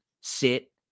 sit